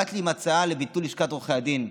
באת עם הצעה לביטול לשכת עורכי הדין.